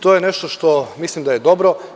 To je nešto što mislim da je dobro.